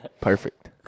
Perfect